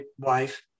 wife